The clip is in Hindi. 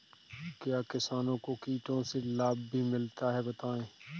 क्या किसानों को कीटों से लाभ भी मिलता है बताएँ?